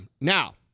Now